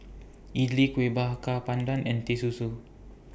Idly Kuih Bakar Pandan and Teh Susu